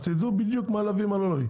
אז תדעו בדיוק מה להביא ומה לא להביא.